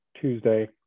Tuesday